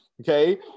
okay